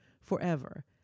forever